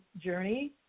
journey